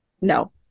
No